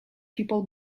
people